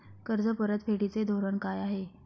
कर्ज परतफेडीचे धोरण काय आहे?